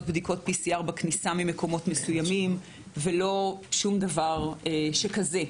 בדיקות PCR בכניסה ממקומות מסוימים ושום דבר שכזה.